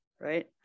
right